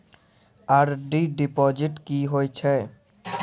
RD deposit की होय छै?